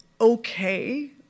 okay